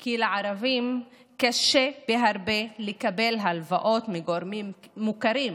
כי לערבים קשה בהרבה לקבל הלוואות מגורמים מוכרים,